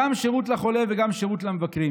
גם שירות לחולה וגם שירות למבקרים.